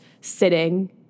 sitting